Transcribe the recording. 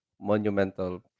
monumental